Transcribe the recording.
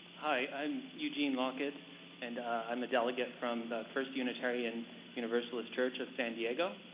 hi. i'm eugene locket and i'm a delegate from the first unitarian universalist church of san diego.